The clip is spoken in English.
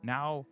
Now